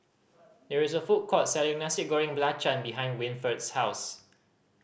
there is a food court selling Nasi Goreng Belacan behind Winford's house